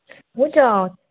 हुन्छ